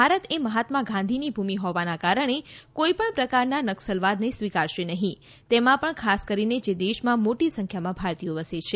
ભારત એ મહાત્મા ગાંધીની ભૂમિ હોવાના કારણે કોઈ પણ પ્રકારના નકસલવાદને સ્વીકારાશે નહીં તેમાં પણ ખાસ કરીને જે દેશમાં મોટી સંખ્યામાં ભારતીયો વસે છે